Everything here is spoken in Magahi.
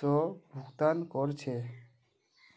स भुक्तान कर छेक